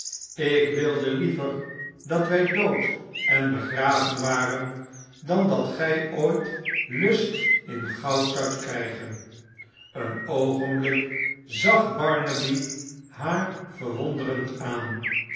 ik wilde liever dat wij dood en begraven waren dan dat gij ooit lust in goud zoudt krijgen een oogenblik zag barnaby haar verwonderd aan